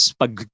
pag